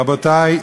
רבותי,